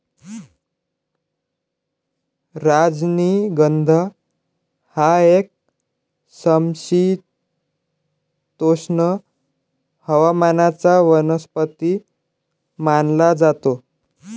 राजनिगंध हा एक समशीतोष्ण हवामानाचा वनस्पती मानला जातो